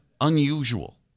unusual